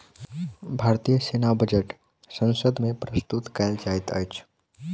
भारतीय सेना बजट संसद मे प्रस्तुत कयल जाइत अछि